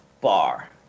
bar